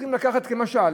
צריכים לקחת, למשל,